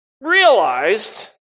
realized